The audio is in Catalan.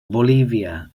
bolívia